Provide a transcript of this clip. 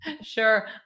Sure